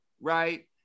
Right